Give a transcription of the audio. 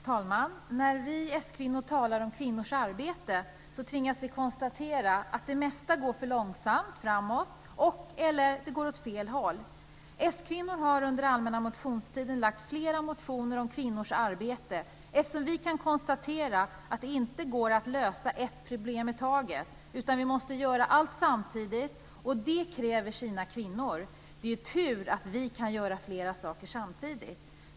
Fru talman! När vi s-kvinnor talar om kvinnors arbete tvingas vi konstatera att det mesta går för långsamt framåt, att det går åt fel håll eller både-och. S kvinnor har under allmänna motionstiden lagt fram flera motioner om kvinnors arbete, eftersom vi kan konstatera att det inte går att lösa ett problem i taget, utan att vi måste göra allt samtidigt. Det kräver sina kvinnor. Det är tur att vi kan göra flera saker samtidigt.